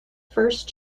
first